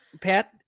Pat